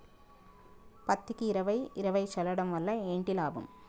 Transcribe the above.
పత్తికి ఇరవై ఇరవై చల్లడం వల్ల ఏంటి లాభం?